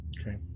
Okay